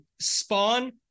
Spawn